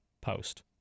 post